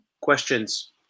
questions